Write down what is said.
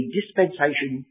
dispensation